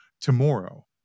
tomorrow